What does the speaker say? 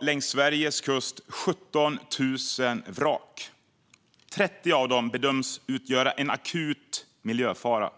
Längs Sveriges kust finns i dag 17 000 vrak. Av dem bedöms 30 utgöra en akut miljöfara.